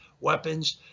weapons